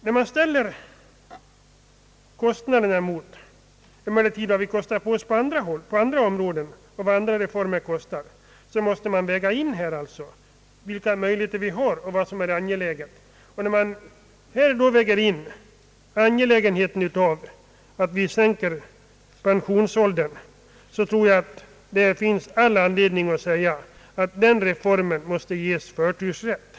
När man jämför kostnaderna för en pensionsreform med kostnaderna för andra reformer är det nödvändigt att göra en bedömning av angelägenhetsgraden. Vid en sådan avvägning tror jag att det finns all anledning att ge reformen om en sänkt pensionsålder förtursrätt.